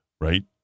Right